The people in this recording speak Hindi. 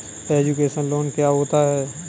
एजुकेशन लोन क्या होता है?